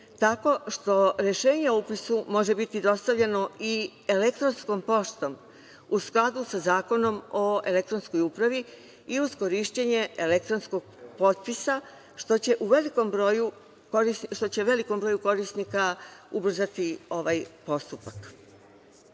tako što rešenje o upisu može biti dostavljeno i elektronskom poštom, u skladu sa Zakonom o elektronskoj upravi i uz korišćenje elektronskog potpisa što će velikom broju korisnika ubrzati ovaj postupak. Do